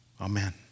Amen